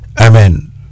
Amen